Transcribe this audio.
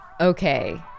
Okay